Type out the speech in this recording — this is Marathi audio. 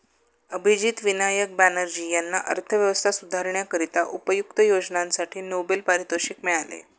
अभिजित विनायक बॅनर्जी यांना अर्थव्यवस्था सुधारण्याकरिता उपयुक्त उपाययोजनांसाठी नोबेल पारितोषिक मिळाले